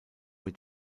mit